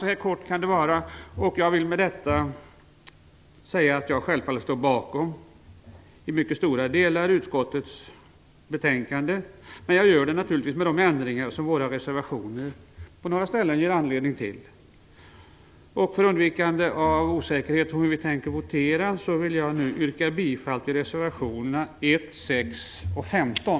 Med det anförda vill jag säga att jag självfallet till mycket stora delar står bakom utskottets betänkande, men jag gör det naturligtvis med de ändringar som våra reservationer på några ställen ger anledning till. För undvikande av osäkerhet när det gäller hur vi tänker votera vill jag nu yrka bifall till reservationerna 1, 6 och 15.